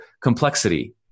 complexity